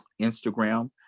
Instagram